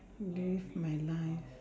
relive my life